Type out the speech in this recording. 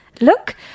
Look